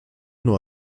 nur